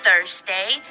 Thursday